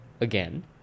again